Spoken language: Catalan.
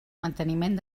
manteniment